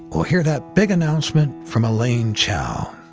we'll hear that big announcement from elaine chao.